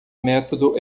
método